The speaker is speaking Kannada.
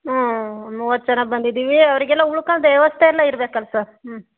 ಹಾಂ ಒಂದು ಮೂವತ್ತು ಜನ ಬಂದಿದ್ದೀವಿ ಅವರಿಗೆಲ್ಲ ಉಳ್ಕೊಳ್ದ್ ವ್ಯವಸ್ಥೆ ಎಲ್ಲ ಇರ್ಬೇಕಲ್ಲ ಸರ್ ಹ್ಞೂ